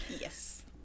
Yes